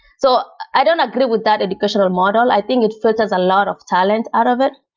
so i don't agree with that educational model. i think it filters a lot of talent out of it.